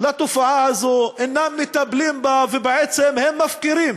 לתופעה הזו, אינם מטפלים בה, ובעצם מפקירים